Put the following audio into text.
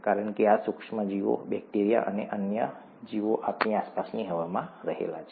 કારણ કે આ સૂક્ષ્મ જીવો બેક્ટેરિયા અને આવા અન્ય જીવો આપણી આસપાસની હવામાં રહેલા છે